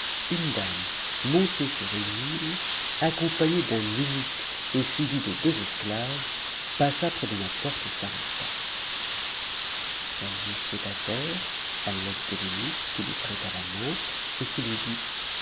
une dame montée sur une mule accompagnée d'un eunuque et suivie de deux esclaves passa près de ma porte et s'arrêta elle mit pied à terre à l'aide de l'eunuque qui lui prêta la main et qui lui dit